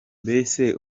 mbese